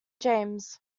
james